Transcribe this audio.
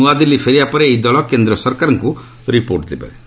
ନୂଆଦିଲ୍ଲୀ ଫେରିବା ପରେ ଏହି ଦଳ କେନ୍ଦ୍ର ସରକାରଙ୍କୁ ରିପୋର୍ଟ ଦେବେ